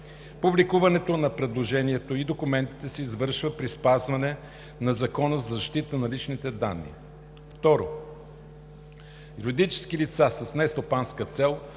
Публикуването на предложението и документите се извършва при спазване на Закона за защита на личните данни. 2. Юридически лица с нестопанска цел,